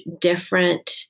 different